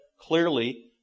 Clearly